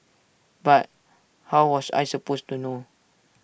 but how was I supposed to know